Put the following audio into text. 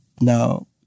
now